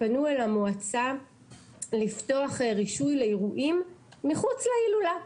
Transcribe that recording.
פנו אל המועצה לפתוח רישוי לאירועים מחוץ להילולה.